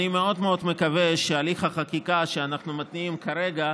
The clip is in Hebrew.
אני מאוד מקווה שהליך החקיקה שאנחנו מתניעים כרגע,